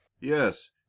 yes